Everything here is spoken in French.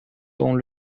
dont